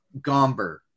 Gomber